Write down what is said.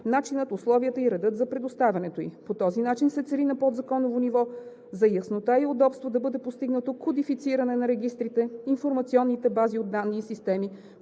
начинът, условията и редът за предоставянето ѝ. По този начин се цели на подзаконово ниво за яснота и удобство да бъде постигнато кодифициране на регистрите, информационните бази от данни и системи,